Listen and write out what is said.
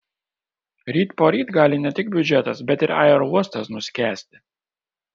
ryt poryt gali ne tik biudžetas bet ir aerouostas nuskęsti